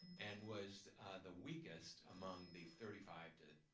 and was the weakest among the thirty five to,